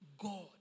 God